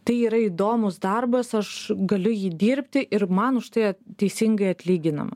tai yra įdomūs darbas aš galiu jį dirbti ir man už tai teisingai atlyginama